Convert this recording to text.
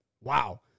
Wow